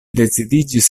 decidiĝis